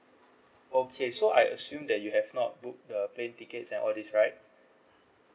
okay so I assume that you have not book the plane tickets and all this right